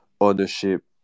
ownership